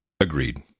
Agreed